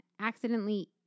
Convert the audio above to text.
accidentally